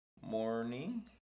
Morning